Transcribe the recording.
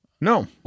No